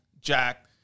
Jack